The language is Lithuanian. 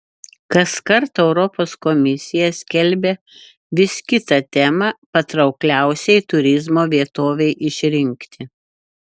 kaskart europos komisija skelbia vis kitą temą patraukliausiai turizmo vietovei išrinkti